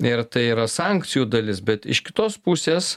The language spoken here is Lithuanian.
ir tai yra sankcijų dalis bet iš kitos pusės